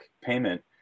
payment